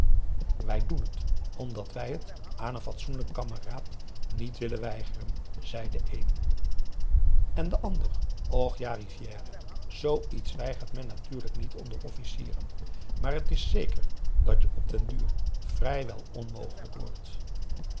wij doen het omdat wij het aan een fatsoenlijk kameraad niet willen weigeren zei de een en de ander och ja rivière zoo iets weigert men natuurlijk niet onder officieren maar het is zeker dat je op den duur vrij wel onmogelijk wordt